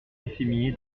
efféminé